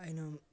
ꯑꯩꯅ